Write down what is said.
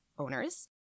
owners